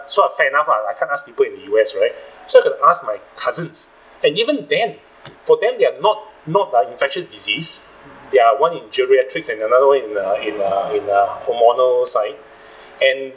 so uh fair enough lah I can't ask people in the U_S right so I gotta ask my cousins and even then for them they're not not uh infectious disease they are one in geriatrics and another one in uh in uh in uh hormonal side and